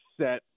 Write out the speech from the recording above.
set